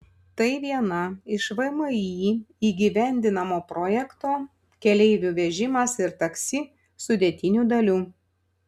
tai viena iš vmi įgyvendinamo projekto keleivių vežimas ir taksi sudėtinių dalių